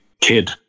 kid